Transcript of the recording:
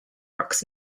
rocks